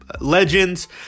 legends